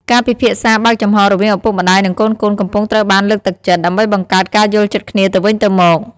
ការពិភាក្សាបើកចំហររវាងឪពុកម្ដាយនិងកូនៗកំពុងត្រូវបានលើកទឹកចិត្ត ដើម្បីបង្កើតការយល់ចិត្តគ្នាទៅវិញទៅមក។